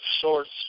sorts